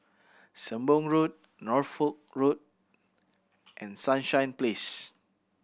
Sembong Road Norfolk Road and Sunshine Place